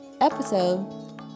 episode